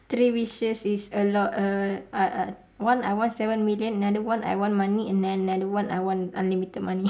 three wishes is a lot err uh uh one I want seven million another one I want money and then another one I want unlimited money